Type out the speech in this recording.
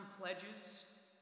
pledges